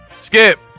Skip